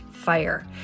fire